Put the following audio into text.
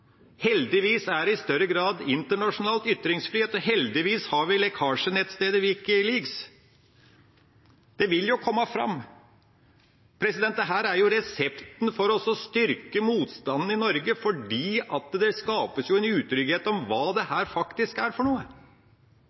Heldigvis er det i større grad ytringsfrihet internasjonalt, og heldigvis har vi lekkasjenettstedet WikiLeaks. Det vil jo komme fram. Dette er jo resepten på å styrke motstanden i Norge, for det skapes en utrygghet om hva dette faktisk er for noe.